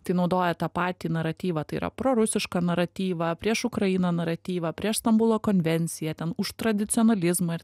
tai naudoja tą patį naratyvą tai yra prorusišką naratyvą prieš ukrainą naratyvą prieš stambulo konvenciją ten už tradicionalizmą ir